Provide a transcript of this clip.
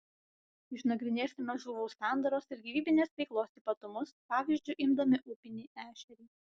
išnagrinėsime žuvų sandaros ir gyvybinės veiklos ypatumus pavyzdžiu imdami upinį ešerį